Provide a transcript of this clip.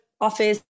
office